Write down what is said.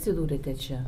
atsidūrėte čia